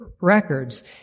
records